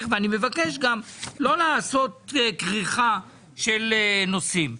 ואני מבקש גם לא לעשות כריכה של נושאים.